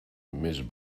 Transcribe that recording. més